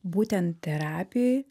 būten terapijoj